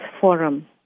forum